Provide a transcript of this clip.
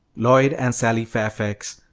lloyd and sally fairfax,